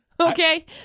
Okay